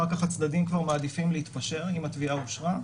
אחר כך הצדדים כבר מעדיפים להתפשר אם התביעה אושרה.